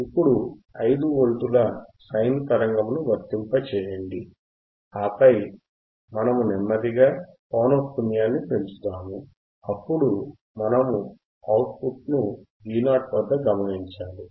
ఇప్పుడు 5 వోల్టుల సైన్ తరంగమును వర్తింపజేయండి ఆపై మనము నెమ్మదిగా పౌనఃపున్యాన్ని పెంచుతాము అప్పుడు మనము అవుట్ పుట్ను Vo వద్ద గమనించాలి